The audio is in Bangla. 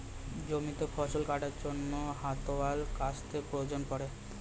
জমিতে ফসল কাটার জন্য হাতওয়ালা কাস্তের প্রয়োজন পড়ে